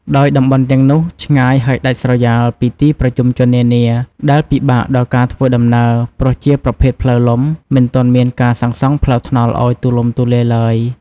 ដោយតំបន់ទាំងនោះ ឆ្ងាយហើយដាច់ស្រយាលពីទីប្រជុំជននានា ដែលពិបាកដល់ការធ្វើដំណើរ ព្រោះជាប្រភេទផ្លូវលំ មិនទាន់មានការសាងសង់ផ្លូវថ្នល់ឱ្យទូលំទូលាយទ្បើយ។